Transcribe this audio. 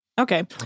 Okay